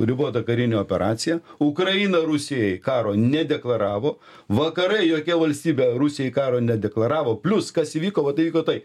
ribotą karinę operaciją ukraina rusijai karo nedeklaravo vakarai jokia valstybė rusijai karo nedeklaravo plius kas įvyko vat įvyko tai